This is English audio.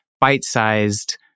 bite-sized